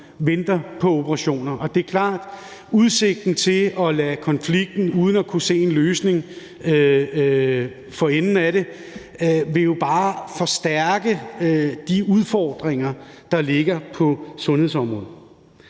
venter på operationer, og det er klart, at udsigten til at lade konflikten fortsætte uden at kunne se en løsning for enden af det jo bare vil forstærke de udfordringer, der ligger på sundhedsområdet.